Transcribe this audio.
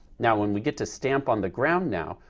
now when we get to stamp on the ground now,